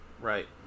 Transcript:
right